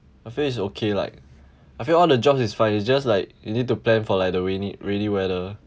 I feel it's okay like I feel all the jobs is fine it's just like you need to plan for like the rainy rainy weather